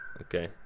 Okay